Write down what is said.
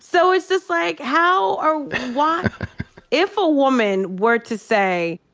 so it's just, like, how or why if a woman were to say,